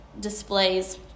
displays